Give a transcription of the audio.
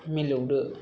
मिलौदो